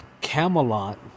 Camelot